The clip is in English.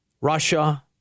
Russia